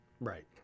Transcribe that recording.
Right